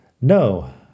No